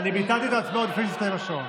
אני ביטלתי את ההצבעות לפני שהסתיים השעון.